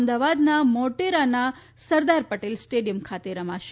અમદાવાદના મોટેરાના સરદાર પટેલ સ્ટેડિયમ ખાતે રમાશે